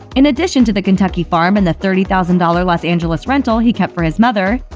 in addition to the kentucky farm and the thirty thousand dollars los angeles rental he kept for his mother,